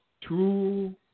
two